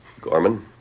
Gorman